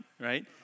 right